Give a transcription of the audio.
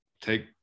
take